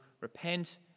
repent